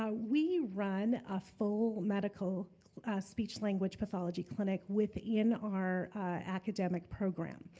ah we run a full medical speech language pathology clinic within our academic program.